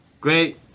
great